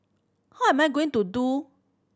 how am I going to do